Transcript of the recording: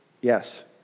Yes